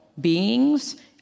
beings